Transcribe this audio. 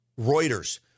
Reuters